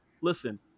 listen